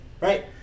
Right